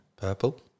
Purple